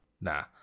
Nah